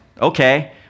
Okay